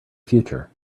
future